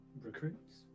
recruits